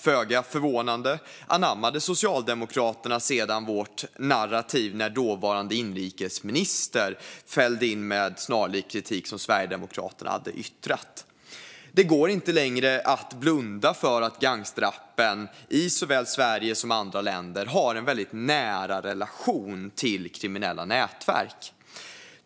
Föga förvånande anammade Socialdemokraterna sedan vårt narrativ när dåvarande inrikesministern kom med kritik som var snarlik den som Sverigedemokraterna hade yttrat. Det går inte längre att blunda för att gangsterrappen i såväl Sverige som andra länder har en väldigt nära relation till kriminella nätverk.